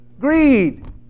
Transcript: Greed